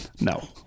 No